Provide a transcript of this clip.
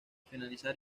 finalizar